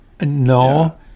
no